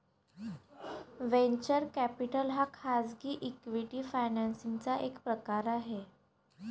venture capital हा खाजगी equity financing चा एक प्रकार आहे